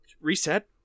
Reset